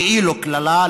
כאילו קללה,